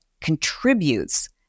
contributes